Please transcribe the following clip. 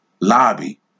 lobby